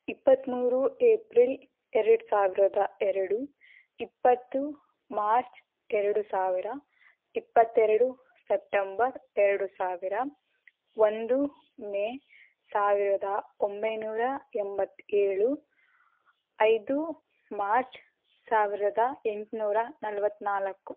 ಇಪ್ಪತ್ತ್ಮೂರು ಏಪ್ರಿಲ್ ಎರಡು ಸಾವಿರದ ಎರಡು ಇಪ್ಪತ್ತು ಮಾರ್ಚ್ ಎರಡು ಸಾವಿರ ಇಪ್ಪತ್ತೆರಡು ಸೆಪ್ಟೆಂಬರ್ ಎರಡು ಸಾವಿರ ಒಂದು ಮೇ ಸಾವಿರದ ಒಂಬೈನೂರ ಎಂಬತ್ತು ಏಳು ಐದು ಮಾರ್ಚ್ ಸಾವಿರದ ಎಂಟುನೂರ ನಲ್ವತ್ತ ನಾಲ್ಕು